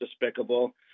despicable